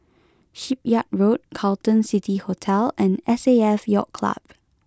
Shipyard Road Carlton City Hotel and S A F Yacht Club